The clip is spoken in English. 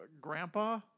Grandpa